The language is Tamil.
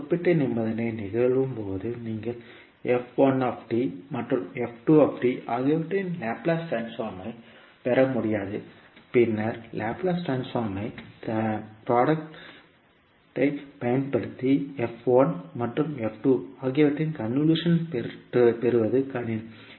இந்த குறிப்பிட்ட நிபந்தனை நிகழும்போது நீங்கள் மற்றும் ஆகியவற்றின் லாப்லேஸ் ட்ரான்ஸ்போர்மைப் பெற முடியாது பின்னர்லாப்லேஸ் ட்ரான்ஸ்போர்மைப் தயாரிப்பைப் பயன்படுத்தி மற்றும் ஆகியவற்றின் கன்வொல்யூஷன் பெறுவது கடினம்